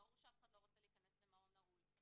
ברור שאף אחד לא רוצה להיכנס למעון נעול.